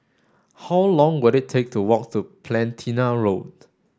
how long will it take to walk to Platina Road